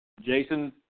Jason